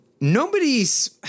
Nobody's